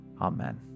Amen